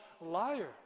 liar